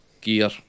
gear